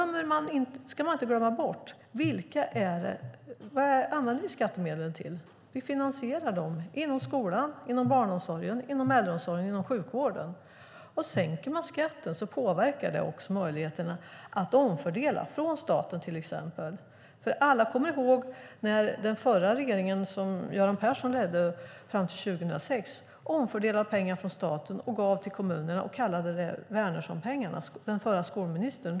Man ska inte glömma bort vad vi använder skattemedel till. Vi finansierar skolan, barnomsorgen, äldreomsorgen och sjukvården med dem. Sänker man skatten påverkar det också möjligheterna att omfördela från till exempel staten. Alla kommer ihåg när den förra regeringen som Göran Persson ledde fram till 2006 omfördelade pengar från staten och gav till kommunerna och kallade dem för Wärnerssonpengarna efter den tidigare skolministern.